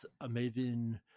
amazing